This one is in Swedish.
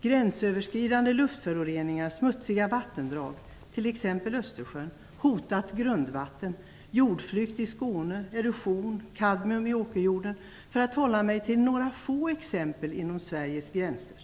Gränsöverskridande luftföroreningar, smutsiga vattendrag, t.ex. Östersjön, hotat grundvatten, jordflykt i Skåne, erosion, kadmium i åkerjorden, för att hålla mig till några få exempel inom Sveriges gränser.